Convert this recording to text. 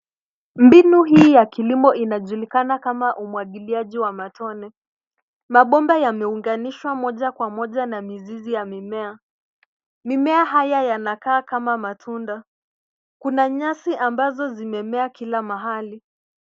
Mbinu hii ya kilimo inajulikana kama umwagiliaji wa matone, mabomba yameunganishwa moja kwa moja na mizizi ya mimea. Mimea haya yanakaa kama matunda. Kuna nyasi ambazo zimemea kila mahali.